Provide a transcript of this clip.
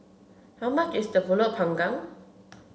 how much is Pulut panggang